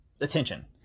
attention